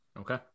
okay